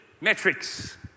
metrics